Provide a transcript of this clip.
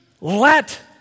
let